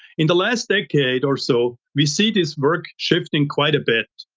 in the last decade or so, we see this work shifting quite a bit.